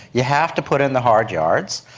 you have to put in the hard yards,